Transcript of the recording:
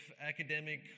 academic